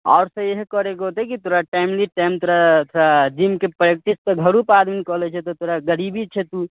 आउर तऽ इएह करयके होतै तोरा टाइमली टाइम थोड़ा सा जिमके प्रैक्टिस तऽ घरोपर आदमी कऽ लै छै तऽ तोरा गरीबी छै तऽ तू